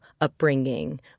upbringing